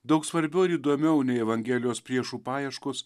daug svarbiau ir įdomiau nei evangelijos priešų paieškos